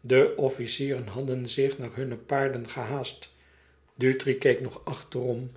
de officieren hadden zich naar hunne paarden gehaast dutri keek nog achterom